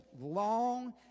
long